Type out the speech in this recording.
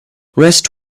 rest